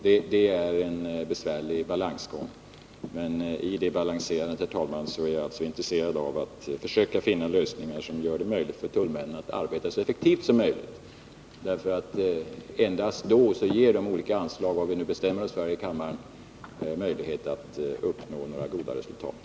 Det är en besvärlig balansgång, men i det balanserandet är jag intresserad avatt försöka finna lösningar som gör det möjligt för tullmännen att arbeta så effektivt som möjligt. Endast då ger de olika anslag vi bestämmer oss för i kammaren möjlighet att uppnå goda resultat.